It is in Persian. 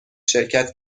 شرکت